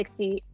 60